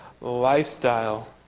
lifestyle